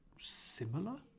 similar